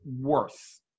worth –